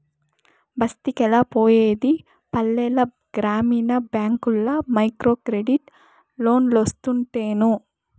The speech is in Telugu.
బస్తికెలా పోయేది పల్లెల గ్రామీణ బ్యాంకుల్ల మైక్రోక్రెడిట్ లోన్లోస్తుంటేను